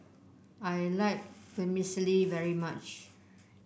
I like Vermicelli very much